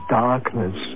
darkness